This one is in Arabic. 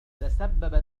تسببت